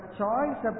choice